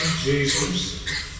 Jesus